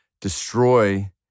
destroy